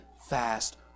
fast